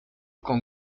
con